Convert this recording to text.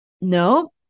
No